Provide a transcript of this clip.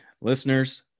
Listeners